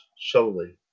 solely